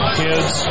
kids